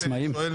לעצמאים.